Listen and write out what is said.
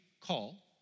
call